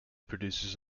produces